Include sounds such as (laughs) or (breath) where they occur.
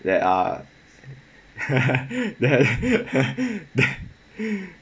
there are (laughs) that (laughs) that (breath)